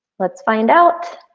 let's find out.